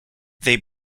they